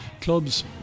clubs